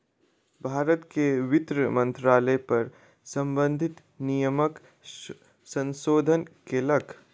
भारत के वित्त मंत्रालय कर सम्बंधित नियमक संशोधन केलक